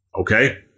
okay